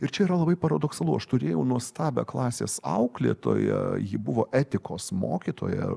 ir čia yra labai paradoksalu aš turėjau nuostabią klasės auklėtoją ji buvo etikos mokytoja